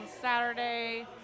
Saturday